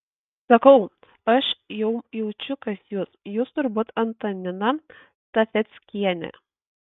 sakau aš jau jaučiu kas jūs jūs turbūt antanina stafeckienė